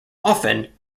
often